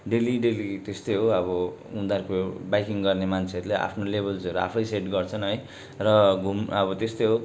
daily daily त्यस्तै हो अब उनीहरूको बाइकिङ गर्ने मान्छेहरूले आफ्नो लेभल्सहरू आफैँ सेट गर्छन् है र घुम अब त्यस्तै हो